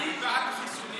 כבוד השר,